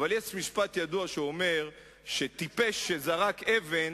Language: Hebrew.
שאומר שאבן שזרק טיפש,